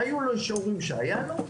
היו לו שיעורים שהיה לו,